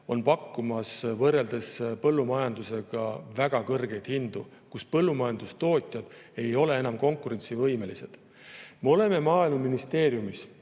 pakuvad võrreldes põllumajandusega väga kõrgeid hindu, nii et põllumajandustootjad ei ole enam konkurentsivõimelised. Me oleme Maaeluministeeriumis